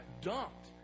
dumped